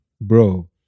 bro